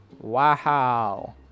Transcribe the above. wow